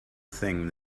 thing